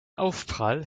aufprall